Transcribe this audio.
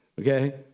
okay